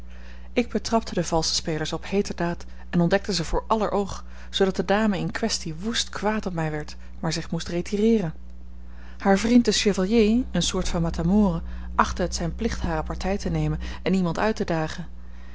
ik betrapte de valsche spelers op heeterdaad en ontdekte ze voor aller oog zoodat de dame in kwestie woest kwaad op mij werd maar zich moest retireeren haar vriend de chevalier een soort van matamore achtte het zijn plicht hare partij te nemen en iemand uit te dagen